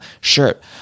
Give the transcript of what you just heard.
shirt